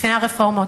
לפני הרפורמות.